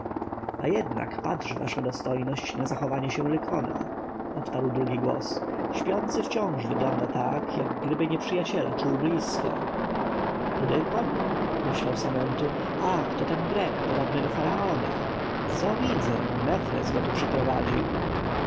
a jednak patrz wasza dostojność na zachowanie się lykona odparł drugi głos śpiący wciąż wygląda tak jakby nieprzyjaciela czuł blisko lykon myślał samentu ach to ten grek podobny do faraona co widzę mefres go tu przyprowadził